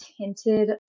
tinted